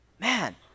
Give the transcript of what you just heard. man